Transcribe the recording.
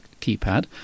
keypad